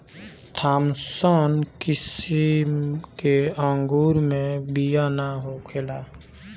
Thompson किसिम के अंगूर मे बिया ना होखेला